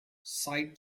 side